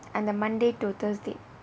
and the monday to thursday